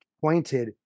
pointed